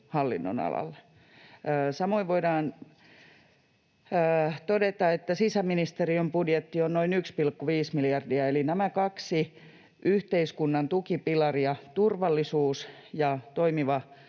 hallinnonalalle. Samoin voidaan todeta, että sisäministeriön budjetti on noin 1,5 miljardia — eli nämä kaksi yhteiskunnan tukipilaria, turvallisuus ja toimiva